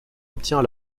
obtient